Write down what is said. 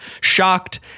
shocked